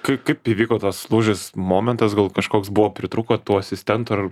kaip kaip įvyko tas lūžis momentas gal kažkoks buvo pritrūko tų asistentų ar